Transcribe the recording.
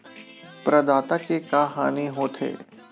प्रदाता के का हानि हो थे?